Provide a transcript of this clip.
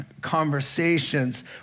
conversations